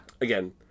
Again